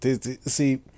see